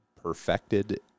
perfected